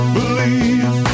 believe